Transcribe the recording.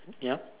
ya